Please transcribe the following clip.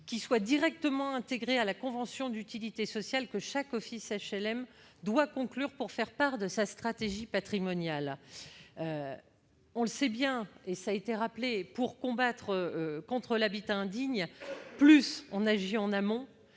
soit directement intégré à la convention d'utilité sociale que chaque office HLM doit conclure pour faire part de sa stratégie patrimoniale. On le sait bien et cela a été rappelé, pour combattre l'habitat indigne, plus on agit en amont,